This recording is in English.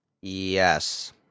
Yes